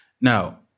Now